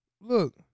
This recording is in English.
look